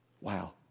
Wow